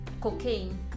cocaine